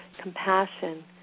compassion